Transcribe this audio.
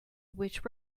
which